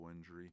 injury